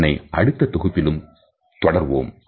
இதனை அடுத்த தொகுப்பிலும் தொடர்வோம்